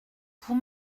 vous